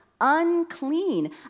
unclean